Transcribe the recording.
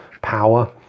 power